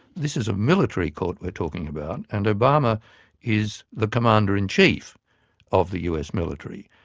this is a military court we're talking about, and obama is the commander-in-chief of the us military.